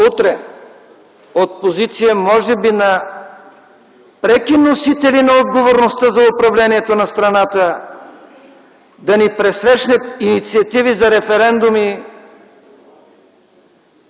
от позиция, може би, на преки носители на отговорността за управлението на страната да ни пресрещнат инициативи за референдуми,